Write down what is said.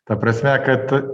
ta prasme kad